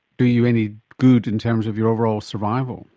do you any good in terms of your overall survival.